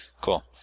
cool